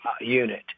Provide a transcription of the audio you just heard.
unit